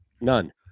None